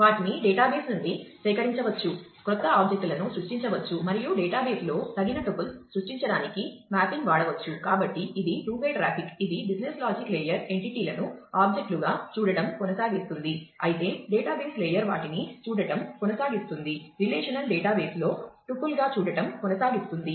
వాటిని డేటాబేస్ నుండి సేకరించవచ్చు క్రొత్త ఆబ్జెక్ట్ లను సృష్టించవచ్చు మరియు డేటాబేస్లో తగిన టుపుల్స్ ఇది బిజినెస్ లాజిక్ లేయర్ ఎంటిటీలను ఆబ్జెక్ట్లు గా చూడటం కొనసాగిస్తుంది అయితే డేటాబేస్ లేయర్ వాటిని చూడటం కొనసాగిస్తుంది రిలేషనల్ డేటాబేస్లో టుపుల్ గా చూడటం కొనసాగిస్తుంది